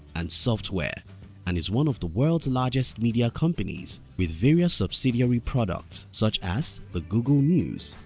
and software and is one of the world's largest media companies with various subsidiary products such as the google news,